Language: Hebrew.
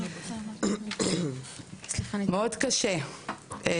מאוד קשה,